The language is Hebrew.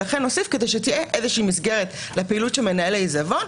ולכן נוסיף אותה כדי שתהיה איזושהי מסגרת לפעילות של מנהל העיזבון,